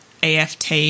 AFT